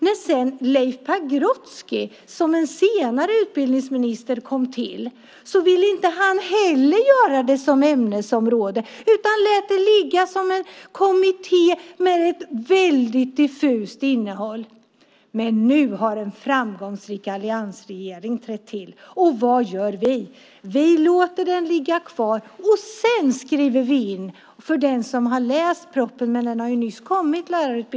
När Leif Pagrotsky senare blev utbildningsminister ville inte han heller göra det som ämnesområde utan lät det ligga som en kommitté med ett väldigt diffust innehåll. Nu har en framgångsrik alliansregering trätt till. Vad gör vi? Vi låter den ligga kvar och skriver in detta sedan. Lärarutbildningspropositionen har nyss kommit.